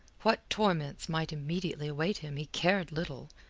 what torments might immediately await him he cared little,